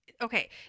okay